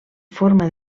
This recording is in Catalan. forma